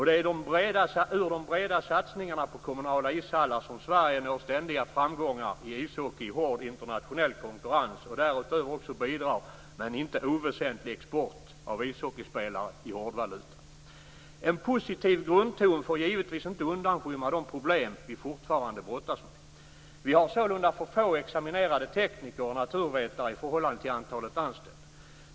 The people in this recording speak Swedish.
Det är utifrån de breda satsningarna på kommunala ishallar som Sverige når ständiga framgångar i ishockey i hård internationell konkurrens och därutöver också bidrar med en inte oväsentlig export av ishockeyspelare i hårdvaluta. En positiv grundton får givetvis inte undanskymma de problem som vi fortfarande brottas med. Vi har sålunda för få examinerade tekniker och naturvetare i förhållande till antalet anställda.